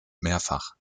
mehrfach